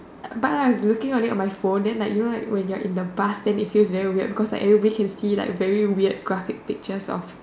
but I was looking on it on my phone then like you know like when you are in the bus then it feels very weird cause like everybody can see like very weird graphic pictures of